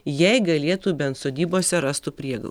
jei galėtų bent sodybose rastų priegl